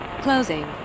Closing